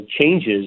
changes